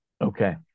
Okay